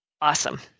Awesome